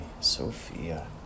Sophia